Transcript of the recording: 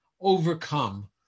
overcome